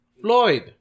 Floyd